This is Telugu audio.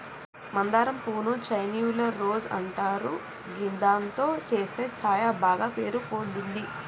మందారం పువ్వు ను చైనీయుల రోజ్ అంటారు గిదాంతో చేసే ఛాయ బాగ పేరు పొందింది